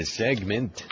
segment